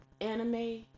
anime